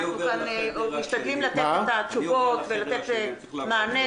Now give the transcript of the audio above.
אנחנו משתדלים לתת כאן תשובות ומענה.